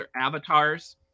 avatars